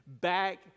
back